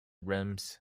reims